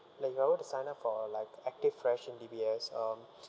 like if I want to sign up for like active fresh in D_B_S um